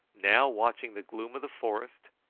now watching the gloom of the forest,